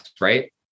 right